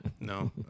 No